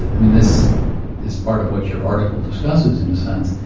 i mean this is part of what your article discusses in a sense.